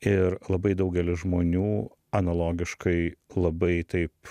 ir labai daugelis žmonių analogiškai labai taip